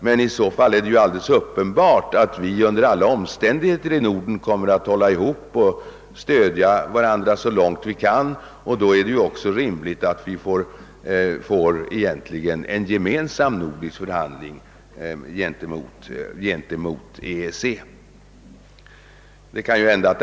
Men i så fall är det uppenbart att vi under alla omständigheter kommer att hålla ihop i Norden och stödja varandra så långt vi kan. Då är det också rimligt att det blir en gemensam nordisk förhandling gentemot EEC.